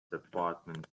department